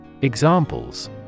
Examples